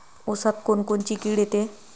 ऊसात कोनकोनची किड येते?